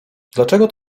dlaczego